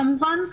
כמובן.